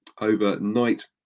overnight